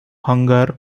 hunger